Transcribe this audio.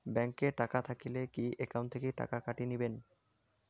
Bank এ টাকা থাকিলে কি একাউন্ট থাকি টাকা কাটি নিবেন?